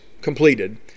completed